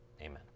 Amen